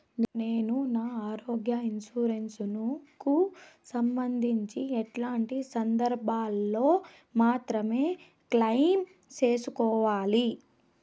నేను నా ఆరోగ్య ఇన్సూరెన్సు కు సంబంధించి ఎట్లాంటి సందర్భాల్లో మాత్రమే క్లెయిమ్ సేసుకోవాలి?